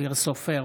אופיר סופר,